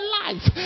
life